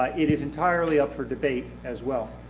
ah it is entirely up for debate as well.